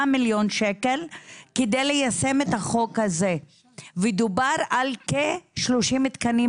מיליון שקל כדי ליישם את החוק הזה ודובר על כ-30 מתקנים